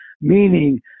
meaning